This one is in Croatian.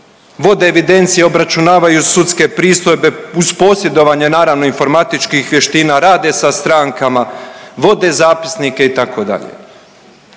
Vode evidencije i obračunavaju sudske pristojbe uz posjedovanje naravno informatičkih vještina, rade sa strankama, vode zapisnike itd.